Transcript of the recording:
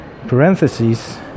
parentheses